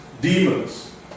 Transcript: demons